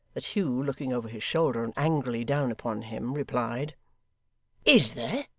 that hugh, looking over his shoulder and angrily down upon him, replied is there!